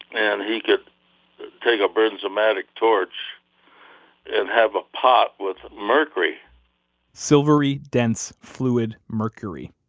and he could take a bernzomatic torch and have a pot with mercury silvery, dense, fluid mercury.